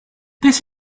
this